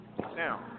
Now